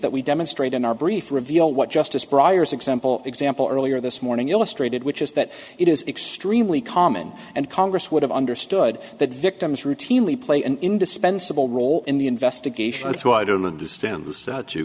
that we demonstrate in our brief reveal what justice briar's example example earlier this morning illustrated which is that it is extremely common and congress would have understood that victims routinely play an indispensable role in the investigation so i don't understand th